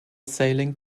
sailing